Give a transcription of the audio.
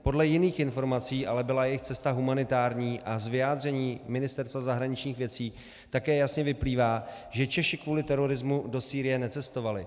Podle jiných informací ale byla jejich cesta humanitární a z vyjádření Ministerstva zahraničních věcí také jasně vyplývá, že Češi kvůli terorismu do Sýrie necestovali.